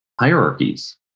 hierarchies